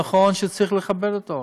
נכון שצריך לכבד את ההורים,